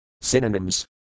Synonyms